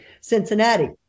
Cincinnati